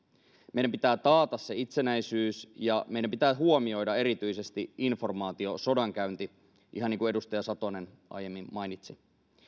meidän pitää taata se itsenäisyys ja meidän pitää huomioida erityisesti informaatiosodankäynti ihan niin kuin edustaja satonen aiemmin mainitsi